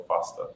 faster